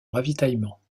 ravitaillement